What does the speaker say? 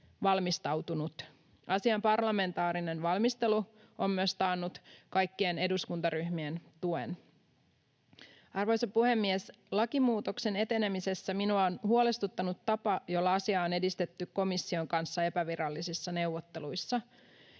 valmistautunut. Asian parlamentaarinen valmistelu on myös taannut kaikkien eduskuntaryhmien tuen. Arvoisa puhemies! Lakimuutoksen etenemisessä minua on huolestuttanut tapa, jolla asiaa on edistetty komission kanssa epävirallisissa neuvotteluissa.